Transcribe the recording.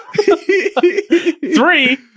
Three